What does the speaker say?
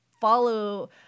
follow